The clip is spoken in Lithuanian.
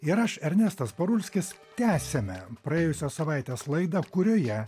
ir aš ernestas parulskis tęsiame praėjusios savaitės laidą kurioje